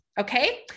Okay